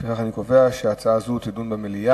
לפיכך, אני קובע שהצעה זו תידון במליאה.